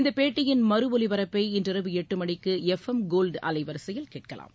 இந்தப் பேட்டியின் மறுஒலிபரப்பை இன்றிரவு எட்டு மணிக்கு எப்எம் கோல்டு அலைவரிசையில் கேட்கலாம்